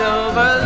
over